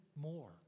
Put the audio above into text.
more